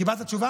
קיבלת תשובה?